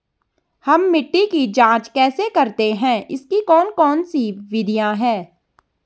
हम मिट्टी की जांच कैसे करते हैं इसकी कौन कौन सी विधियाँ है?